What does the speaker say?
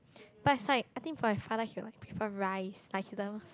but it's like I think for Ifarnah he will prefer rice like he doesn't